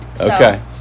Okay